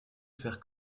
faire